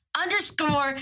underscore